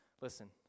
Listen